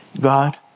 God